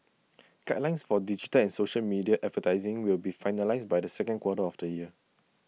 guidelines for digital and social media advertising will be finalised by the second quarter of this year